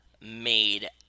made